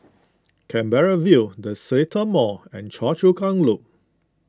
Canberra View the Seletar Mall and Choa Chu Kang Loop